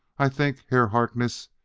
i think, herr harkness,